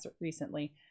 recently